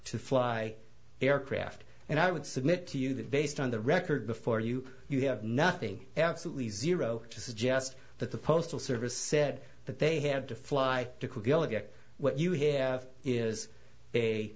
to fly aircraft and i would submit to you that based on the record before you you have nothing absolutely zero to suggest that the postal service said that they have to fly to what you have is a